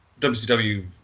WCW